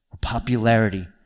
popularity